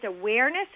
awareness